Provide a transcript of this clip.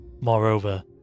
Moreover